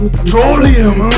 Petroleum